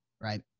right